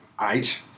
Eight